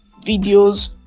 videos